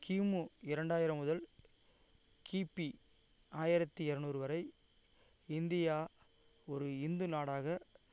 கிமு இரண்டாயிரம் முதல் கிபி ஆயிரத்து இரநூறு வரை இந்தியா ஒரு இந்து நாடாக